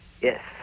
Yes